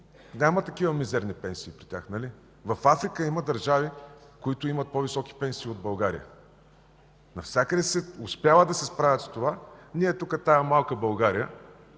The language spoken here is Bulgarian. Няма такива мизерни пенсии при тях. В Африка има държави, в които има по-високи пенсии, отколкото в България. Навсякъде успяват да се справят с това, а ние тук в тази малка България,